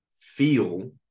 feel